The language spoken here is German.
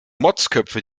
motzköpfe